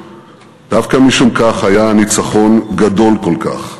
דווקא משום כך היה הניצחון גדול כל כך.